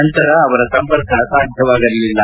ನಂತರ ಇವರ ಸಂಪರ್ಕ ಸಾಧ್ಯವಾಗಿರಲಿಲ್ಲ